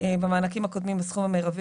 - כאשר במענקים הקודמים הסכום המרבי